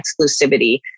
exclusivity